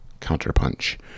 counterpunch